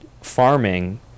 farming